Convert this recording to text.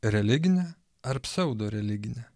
religinę ar pseudoreliginę